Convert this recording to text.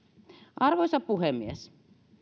arvoisa puhemies